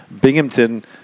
Binghamton